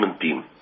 team